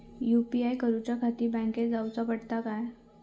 UPI करूच्याखाती बँकेत जाऊचा पडता काय?